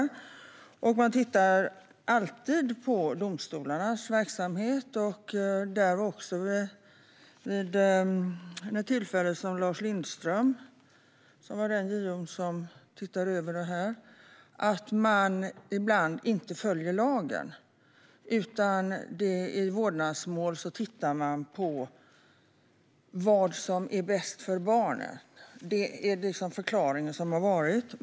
JO tittar till exempel alltid på domstolarnas verksamhet och har då sett att man i vårdnadsmål ibland inte följer lagen utan tittar på vad som är bäst för barnen. Det är den förklaring som har varit.